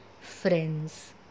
friends